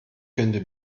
könnte